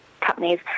companies